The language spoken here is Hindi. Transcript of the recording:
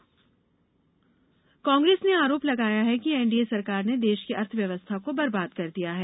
कांग्रेस प्रदर्शन कांग्रेस ने आरोप लगाया है कि एनडीए सरकार ने देश की अर्थव्यवस्था को बर्बाद कर दिया है